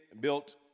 built